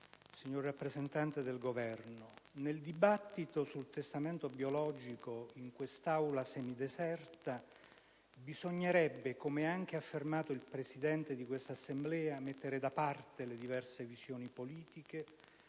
signor rappresentante del Governo, nel dibattito sul testamento biologico che si sta svolgendo in quest'Aula semideserta bisognerebbe - come anche affermato dal Presidente di questa Assemblea - mettere da parte le diverse visioni politiche